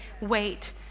wait